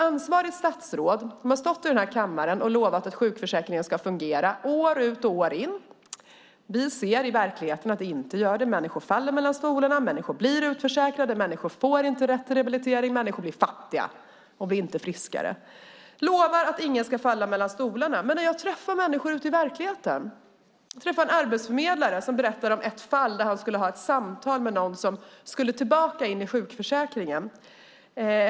Ansvarigt statsråd har stått i denna kammare år ut och år in och lovat att sjukförsäkringen ska fungera och att ingen ska falla mellan stolarna. Vi ser att det inte fungerar i verkligheten. Människor faller mellan stolarna, människor blir utförsäkrade, människor får inte rätt till rehabilitering och människor blir fattiga och inte friskare. Men jag träffar människor ute i verkligheten. Jag träffade bland andra en arbetsförmedlare som berättade om ett fall där han skulle ha ett samtal med en person som skulle tillbaka in i sjukförsäkringen.